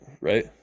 right